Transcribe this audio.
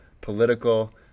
political